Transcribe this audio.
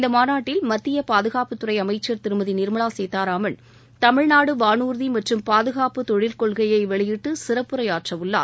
இந்த மாநாட்டில் மத்திய பாதுகாப்புத் துறை அமைச்சர் திருமதி நிர்மலா சீதாராமன் தமிழ்நாடு வானூர்தி மற்றும் பாதுகாப்பு தொழில் கொள்கையை வெளியிட்டு சிறப்புரையாற்றவுள்ளார்